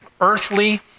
earthly